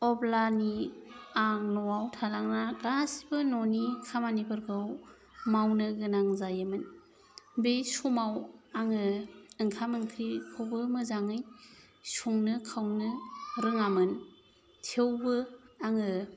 अब्लानि आं न'आव थालांना गासिबो न'नि खामानिफोरखौ मावनो गोनां जायोमोन बे समाव आङो ओंखाम ओंख्रिखौबो मोजाङै संनो खावनो रोङामोन थेवबो आङो